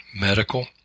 medical